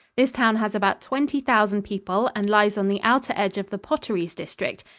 this town has about twenty thousand people and lies on the outer edge of the potteries district,